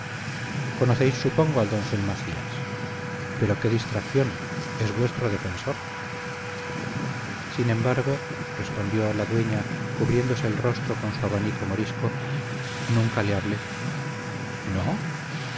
conocéis supongo al doncel macías pero qué distracción es vuestro defensor sin embargo respondió la dueña cubriéndose el rostro con su abanico morisco nunca le hablé no